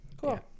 Cool